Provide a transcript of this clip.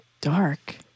dark